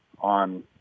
on